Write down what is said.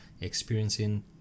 experiencing